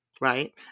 right